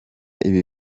ibi